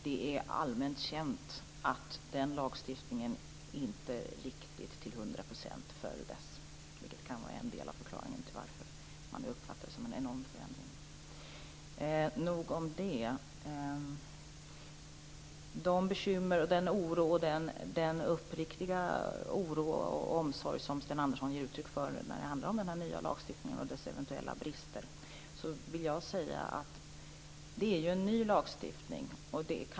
Det är allmänt känt att den lagstiftningen inte följdes till 100 %, vilket kan vara en del av förklaringen till att man uppfattar det som en enorm förändring. Nog om det. Sten Andersson ger uttryck för bekymmer och uppriktig oro och omsorg när det handlar om den nya lagstiftningen och dess eventuella brister. Det är en ny lagstiftning.